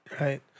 right